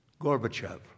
Gorbachev